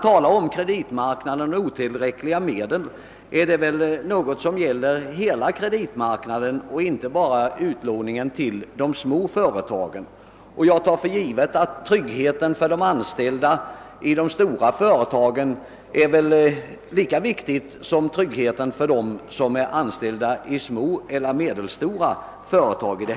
Hela kreditmarknaden och inte bara de små företagen berörs naturligtvis av restriktionerna. Jag tar för givet att man anser att tryggheten för de anställda i de stora företagen är lika viktig som tryggheten för de anställda i små och medelstora företag.